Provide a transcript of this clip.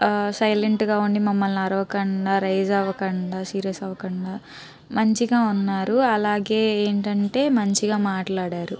సైలెంట్గా ఉండి మమ్మల్ని అరవకుండా రైజ్ అవ్వకుండా సీరియస్ అవ్వకండా మంచిగా ఉన్నారు అలాగే ఏంటంటే మంచిగా మాట్లాడారు